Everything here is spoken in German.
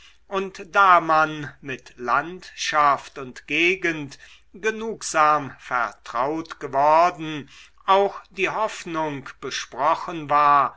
und da man mit landschaft und gegend genugsam vertraut geworden auch die hoffnung besprochen war